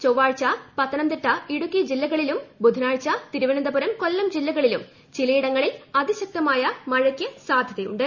ചൊവ്വാഴ്ച പത്തനംതിട്ട ഇടുക്കി ജില്ലകളിലും ബുധനാഴ്ച തിരുവനന്തപുരം കൊല്ലം ജില്ലകളിലും ചിലയിടങ്ങളിൽ അതിശക്ത മഴയ്ക്ക് സാധൃതയുണ്ട്